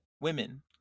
women